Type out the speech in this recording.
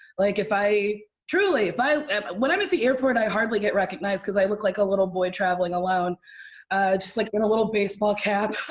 like, if i truly, if i when i'm at the airport, i hardly get recognized cause i look like a little boy traveling alone just, like, in a little baseball cap.